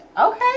okay